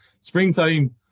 springtime